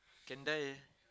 can die eh